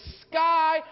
sky